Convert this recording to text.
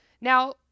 Now